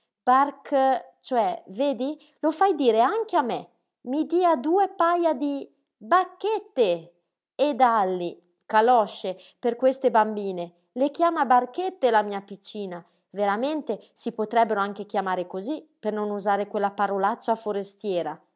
barch cioè vedi lo fai dire anche a me i dia due paja di bacchette e dàlli calosce per queste bambine le chiama barchette la mia piccina veramente si potrebbero anche chiamare cosí per non usare quella parolaccia forestiera